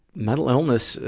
mental illness, ah,